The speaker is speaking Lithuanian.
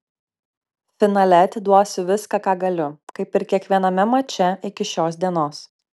finale atiduosiu viską ką galiu kaip ir kiekviename mače iki šios dienos